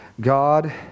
God